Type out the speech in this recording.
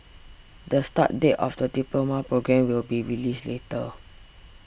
the start date of the diploma programme will be released later